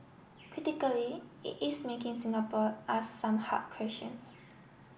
critically it is making Singapore ask some hard questions